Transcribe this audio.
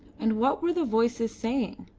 and what were the voices saying?